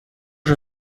уже